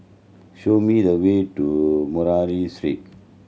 show me the way to Murray Street